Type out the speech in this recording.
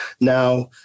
Now